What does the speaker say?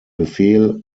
befehl